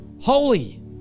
holy